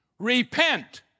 repent